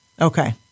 Okay